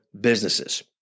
businesses